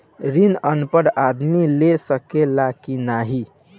ऋण अनपढ़ आदमी ले सके ला की नाहीं?